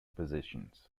positions